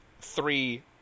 three